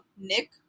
nick